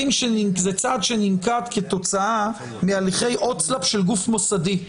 שננקט כתוצאה מהליכי הוצאה לפועל של גוף מוסדי.